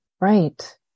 right